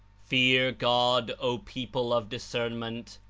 fear god, o people of discernment.